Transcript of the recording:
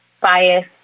bias